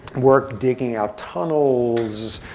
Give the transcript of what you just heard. work digging out tunnels,